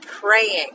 praying